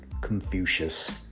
Confucius